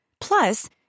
Plus